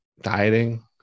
dieting